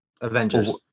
Avengers